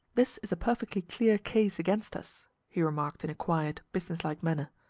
this is a perfectly clear case against us, he remarked in a quiet, business-like manner.